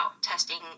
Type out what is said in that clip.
testing